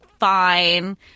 fine